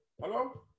Hello